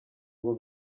ngo